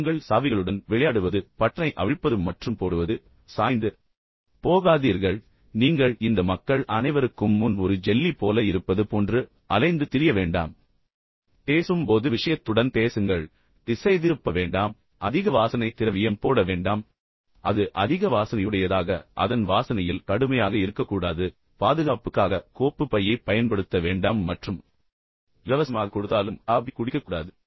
உங்கள் சாவிகளுடன் விளையாடுவது பட்டனை அவிழ்ப்பது மற்றும் போடுவது சாய்ந்து போகாதீர்கள் இப்படி உட்கார்ந்திருப்பது போல நீங்கள் இந்த மக்கள் அனைவருக்கும் முன் ஒரு ஜெல்லி போல இருப்பது போன்று அலைந்து திரிய வேண்டாம் பேசும் போது விஷயத்துடன் பேசுங்கள் பின்னர் திசைதிருப்ப வேண்டாம் அதிக வாசனை திரவியம் போட வேண்டாம் அது அதிக வாசனையுடையதாக அதன் வாசனையில் கடுமையாக இருக்கக்கூடாது பாதுகாப்புக்காக கோப்பு பையை பயன்படுத்த வேண்டாம் மற்றும் இலவசமாகக் கொடுத்தாலும் காபி குடிக்கக் கூடாது